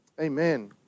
Amen